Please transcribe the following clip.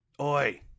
Oi